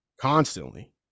constantly